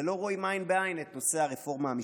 ולא רואים עין בעין את נושא הרפורמה המשפטית.